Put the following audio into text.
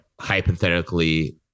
hypothetically